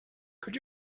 could